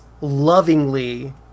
lovingly